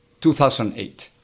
2008